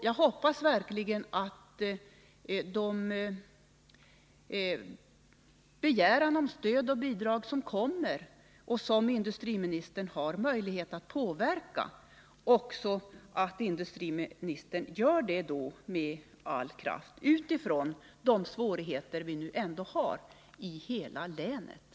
Jag hoppas verkligen att industriministern — som har möjlighet att påverka — med all kraft stöder den begäran om stöd och bidrag som kommer, detta med tanke på de svårigheter som ändå finns i hela länet.